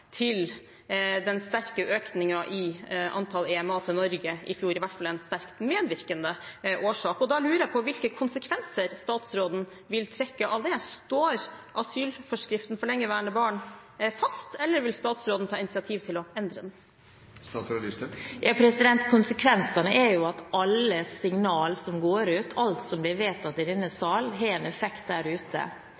til den sterke økningen i antallet EMA til Norge i fjor, i hvert fall en sterkt medvirkende årsak. Da lurer jeg på hvilke konsekvenser statsråden vil trekke av det. Står asylforskriften for lengeværende barn fast, eller vil statsråden ta initiativ til å endre den? Konsekvensene er jo at alle signaler som går ut, alt som blir vedtatt i denne